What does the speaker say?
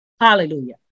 Hallelujah